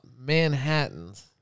Manhattan's